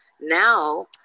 now